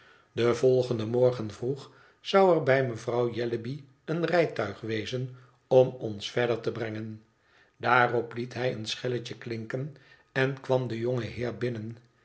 den volgenden morgen vroeg zou er bij mevrouw jellyby een rijtuig wezen om ons verder te brengen daarop liet hij een schelletje klinken en kwam de jonge heer